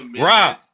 Rob